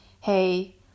hey